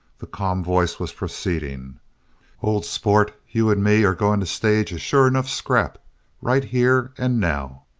the calm voice was proceeding old sport, you and me are going to stage a sure enough scrap right here and now.